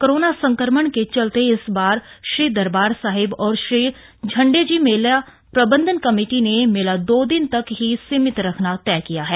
corona संक्रमण के चलते इस बार श्री दरबार साहिब और श्री झंडेजी मेला प्रबंधन कमेटी ने मेला दो दिन तक ही सीमित रखना तय किया है